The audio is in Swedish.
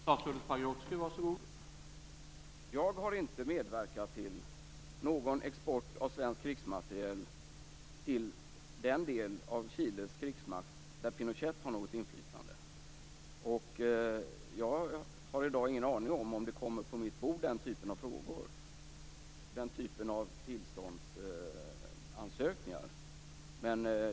Herr talman! Jag har inte medverkat till någon export av svenskt krigsmateriel till den del av Chiles krigsmakt där Pinochet har något inflytande. Jag har i dag ingen aning om om den typen av tillståndsansökningar kommer på mitt bord.